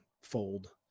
fold